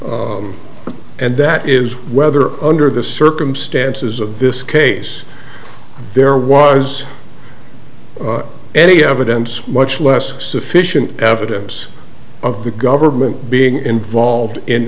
and that is whether under the circumstances of this case there was any evidence much less sufficient evidence of the government being involved in